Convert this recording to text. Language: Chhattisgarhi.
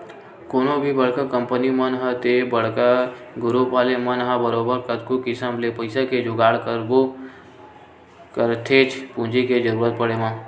कोनो भी बड़का कंपनी मन ह ते बड़का गुरूप वाले मन ह बरोबर कतको किसम ले पइसा के जुगाड़ बरोबर करथेच्चे पूंजी के जरुरत पड़े म